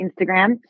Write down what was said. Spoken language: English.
Instagram